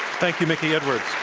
thank you, mickey edwards.